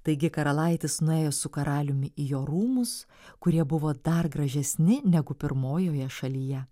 taigi karalaitis nuėjo su karaliumi į jo rūmus kurie buvo dar gražesni negu pirmojoje šalyje